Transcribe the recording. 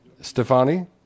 Stefani